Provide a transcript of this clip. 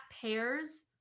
pairs